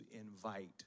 invite